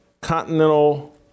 Continental